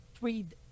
read